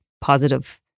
positive